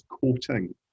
coating